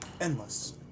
Endless